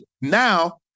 now